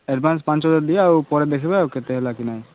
advance ପାଞ୍ଚ ହଜାର ଦିଅ ଆଉ ପରେ ଦେଖିବା କେତେ ହେଲା କି ନାହିଁ